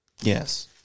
Yes